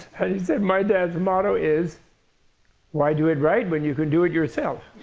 and he said my dad's motto is why do it right when you can do it yourself?